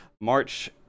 March